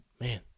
man